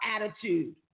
attitude